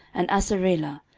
and asarelah,